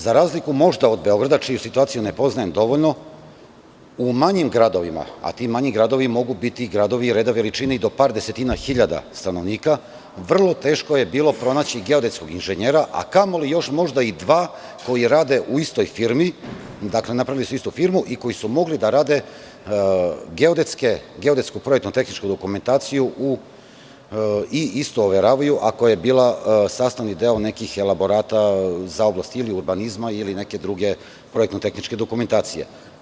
Za razliku, možda od Beograda, čiju situaciju ne poznajem dovoljno, u manjim gradovima, a ti manji gradovi mogu biti gradovi reda i veličine i do par desetina hiljada stanovnika, vrlo teško je bilo pronaći geodetskog inženjera, a kamoli još možda i dva koji rade u istoj firmi i koji su mogli da rade geodetsku projektno tehničku dokumentaciju i isto overavaju ako je bila sastavni deo nekih elaborata za oblasti urbanizma ili neke druge projektno tehničke dokumentacije.